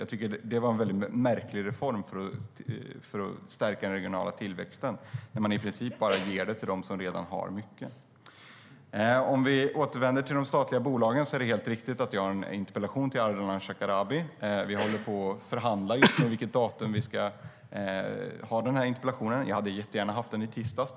Jag tycker att det var en märklig reform för att stärka den regionala tillväxten; i princip ger man ju bara till dem som redan har mycket. Om vi återvänder till de statliga bolagen är det helt riktigt att jag har en interpellation till Ardalan Shekarabi. Vi håller just nu på att förhandla om vilket datum vi ska ha denna interpellationsdebatt. Jag skulle jättegärna ha haft den i tisdags.